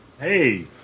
Hey